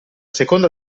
seconda